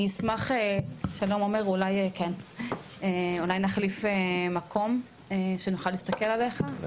שלום עומר אולי נחליף מקום שנוכל להסתכל עליך,